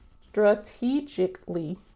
strategically